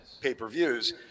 pay-per-views